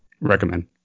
Recommend